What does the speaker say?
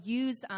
use